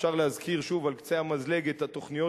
ואפשר להזכיר שוב על קצה המזלג את התוכניות